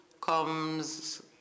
comes